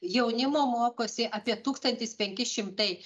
jaunimo mokosi apie tūkstantis penki šimtai